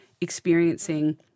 experiencing